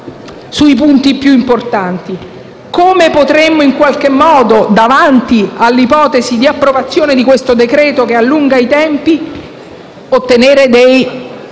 sui punti più importanti. Come potremmo, davanti all'ipotesi di approvazione di questo decreto-legge che allunga i tempi, ottenere dei